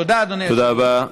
תודה רבה.